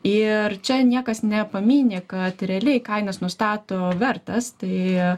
ir čia niekas nepamynė kad realiai kainas nustato vertas tai